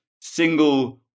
single